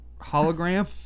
hologram